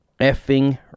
effing